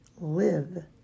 live